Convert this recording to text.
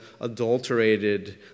adulterated